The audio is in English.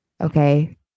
Okay